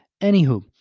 Anywho